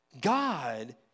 God